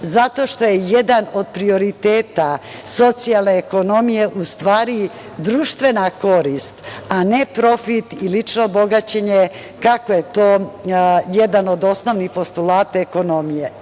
zato što je jedan od prioriteta socijalne ekonomije u stvari društvena korist, a ne profit i lično bogaćenje, kako je to jedan od osnovnih postulata uopšte